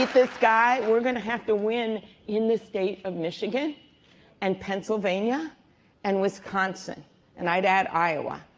this guy, we're gonna have to win in the state of michigan and pennsylvania and wisconsin and i'd add iowa.